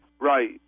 Right